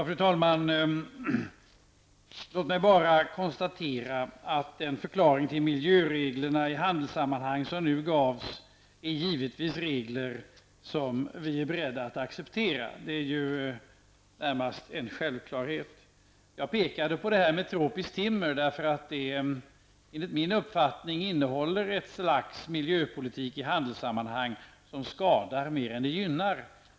Fru talman! Jag vill bara konstatera att det när det gäller den här givna förklaringen beträffande miljöreglerna i handelsammanhang givetvis handlar om regler som vi är beredda att acceptera. Det är närmast en självklarhet. Jag pekade på detta med tropiskt timmer. Enligt min uppfattning är det här fråga om ett slags miljöpolitik i handelsammanhang som skadar mer än den gynnar.